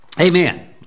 amen